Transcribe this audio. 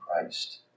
Christ